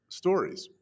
stories